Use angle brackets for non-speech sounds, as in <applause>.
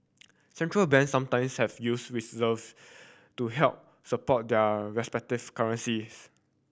Central Banks sometimes have used <unintelligible> to help support their respective currencies